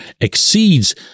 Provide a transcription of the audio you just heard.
exceeds